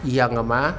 一样的吗